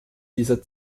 dieser